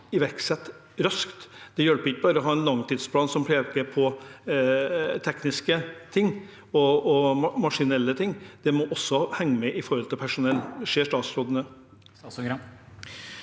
iverksettes raskt. Det hjelper ikke bare å ha en langtidsplan som peker på tekniske og maskinelle ting. En må også henge med når det gjelder personell. Ser statsråden